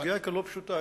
הסוגיה כאן לא פשוטה.